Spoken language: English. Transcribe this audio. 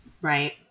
Right